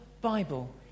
Bible